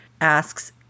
asks